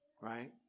right